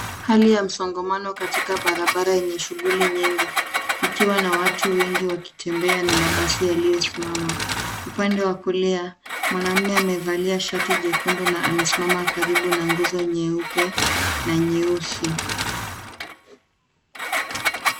Hali ya msongamano katika barabara yenye shughuli nyingi ikiwa na watu wengi wakitembea na mabasi yaliyosimama. Upande wa kulia, mwanaume amevalia shati jekundu na amesimama karibu na nguzo nyeupe na nyeusi.